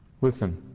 Listen